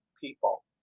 people